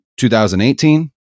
2018